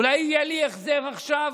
אולי יהיה לי החזר עכשיו.